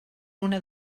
una